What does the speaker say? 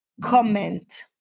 comment